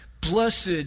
blessed